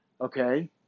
okay